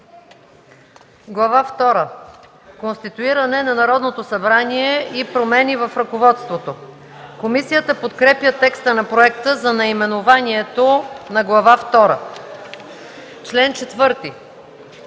втора – „Конституиране на Народното събрание и промени в ръководството”. Комисията подкрепя текста на проекта за наименованието на Глава втора.